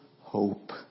Hope